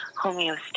homeostasis